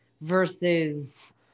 versus